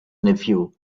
nephew